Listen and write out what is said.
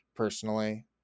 Personally